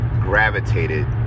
gravitated